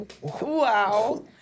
Wow